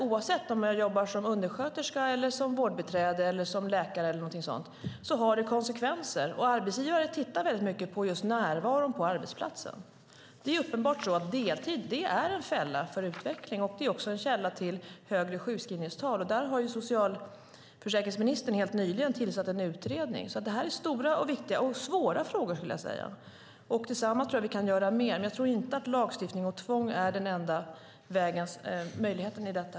Oavsett om man jobbar som undersköterska, vårdbiträde eller läkare får det konsekvenser. Arbetsgivare tittar väldigt mycket på närvaron på arbetsplatsen. Det är uppenbart att deltid är en fälla för utveckling och en källa till högre sjukskrivningstal. Där har socialförsäkringsministern helt nyligen tillsatt en utredning. Det är stora, viktiga och svåra frågor. Tillsammans tror jag att vi kan göra mer, men jag tror inte att lagstiftning och tvång är den enda möjligheten i detta.